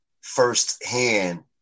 firsthand